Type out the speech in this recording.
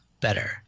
better